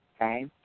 Okay